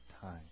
time